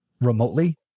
remotely